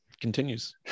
continues